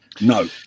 no